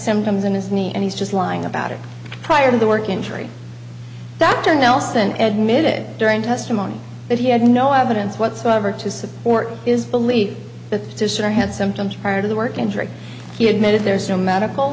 symptoms in his knee and he's just lying about it prior to the work injury dr nelson ed minute during testimony that he had no evidence whatsoever to support is believe the sister had symptoms prior to the work injury he admitted there is no medical